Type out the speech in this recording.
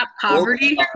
poverty